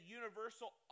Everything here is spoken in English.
universal